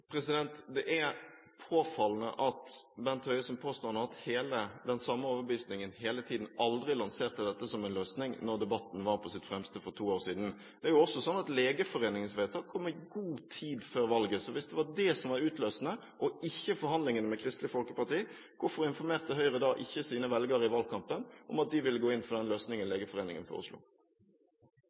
Det er påfallende at Bent Høie, som nå påstår å ha hatt den samme overbevisningen hele tiden, aldri lanserte dette som en løsning da debatten var framme for to år siden. Det er også sånn at Legeforeningens vedtak kom i god tid før valget. Så hvis det var det som var utløsende, og ikke forhandlingene med Kristelig Folkeparti, hvorfor informerte Høyre da ikke sine velgere i valgkampen om at de ville gå inn for den løsningen Legeforeningen